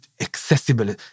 accessible